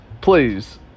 Please